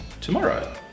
tomorrow